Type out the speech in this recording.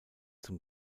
zum